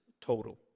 total